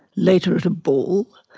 later at a ball,